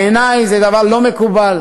בעיני זה דבר לא מקובל,